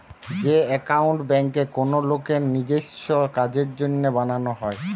যে একাউন্ট বেঙ্কে কোনো লোকের নিজেস্য কাজের জন্য বানানো হয়